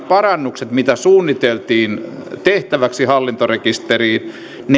parannukset mitä suunniteltiin tehtäväksi hallintarekisteriin